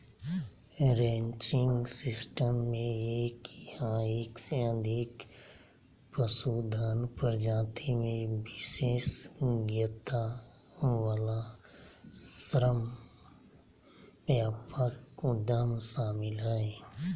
ranching system मे एक या एक से अधिक पशुधन प्रजाति मे विशेषज्ञता वला श्रमव्यापक उद्यम शामिल हय